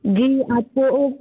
जी अच्छा वह